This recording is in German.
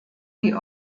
die